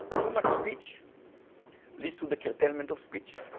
too much speech leads to the curtailment of speech,